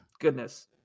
goodness